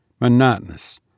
monotonous